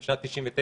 בשנת 99',